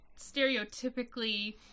stereotypically